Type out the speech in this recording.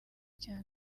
cyane